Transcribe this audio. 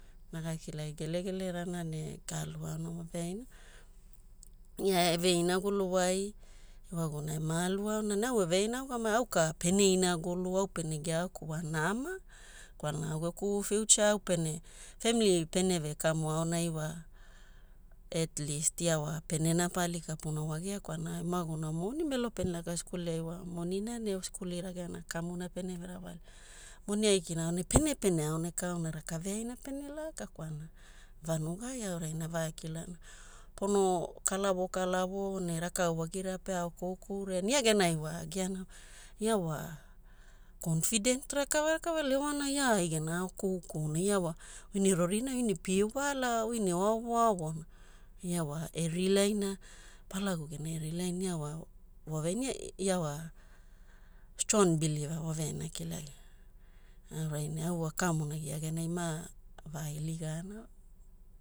Maga kilagi gelegelrana ne gaaluaona waveaina. Ia eveinaguluwai ewaguna ema aluaona ne au eveaina augamagio, au ka pene inagulu au pena giaaoku wa nama. Kwalana au geku future au pene family peneve kamu aonai wa at least ia wa pene napa ali kapuna wagia kwalana ewaguna moni, melo pene laka skuli ai wa monina ne skuli rageana kamuna peneve rawalia. Moni aikina aonai pene pene aoneka auna raka veaina pene laka kwalana vanugai? Aurai ne avakilaana, pono kalavo kalavo ne rakau wagira pe ao koukouria ne ia genai wa agiaana, ia wa confident rakava rakava lewana ia ai gena ao koukou na ia wa, oi ne rorinai, oi ne pie wala, oi ne oaovo aovona? Ia wa e rely na, Palagu genai e rely na ia wa waveaina ia wa strong believer waveaina ana kilagia. Aurai ne au wakamonagi ia genai mava iligaana wa.